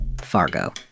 Fargo